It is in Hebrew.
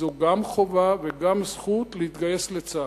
זאת גם חובה וגם זכות, להתגייס לצה"ל.